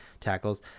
tackles